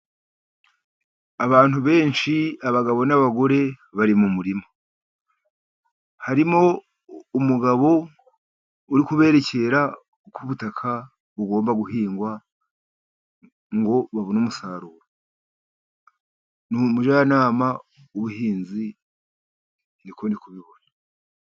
Abantu benshi abagabo n'abagore bari mu murima. Harimo umugabo uri kubererekera uko ubutaka bugomba guhingwa ngo babone umusaruro, umujyanama w'ubuhinzi niko ndi kubibona.